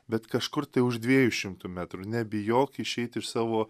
bet kažkur tai už dviejų šimtų metrų nebijok išeit iš savo